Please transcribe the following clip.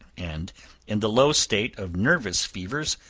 and in the low state of nervous fevers,